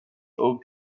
oak